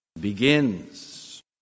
begins